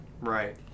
Right